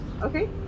Okay